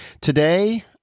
Today